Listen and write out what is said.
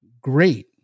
great